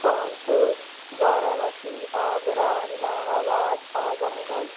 Kanpur Varanasi Agra Allahabad Azam Garh